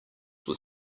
were